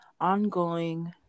ongoing